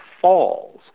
falls